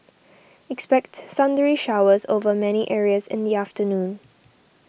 expect thundery showers over many areas in the afternoon